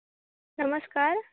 नमस्कार